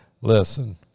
Listen